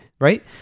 right